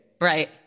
Right